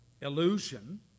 illusion